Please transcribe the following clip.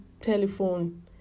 telephone